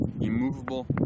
immovable